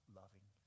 loving